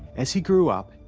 as he grew up,